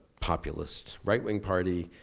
populist right wing party,